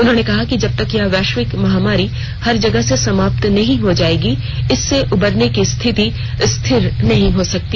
उन्होंने कहा कि जब तक यह वैश्विक महामारी हर जगह से समाप्त नहीं हो जाएगी इससे उबरने की स्थिति स्थिर नहीं हो सकती